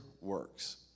works